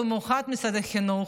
במיוחד משרד החינוך,